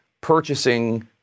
purchasing